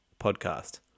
Podcast